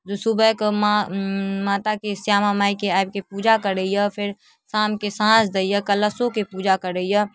जे सुबहेके माँ माताके श्यामा माइके आबिकऽ पूजा करैए फेर शामके साँझ दैए कलशोके पूजा करैए